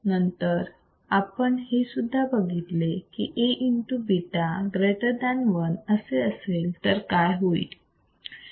नंतर आपण हे सुद्धा बघितले की Aβ greater than 1 असेल तर काय होईल